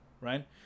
right